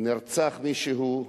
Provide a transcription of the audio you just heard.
ראינו שנרצח מישהו,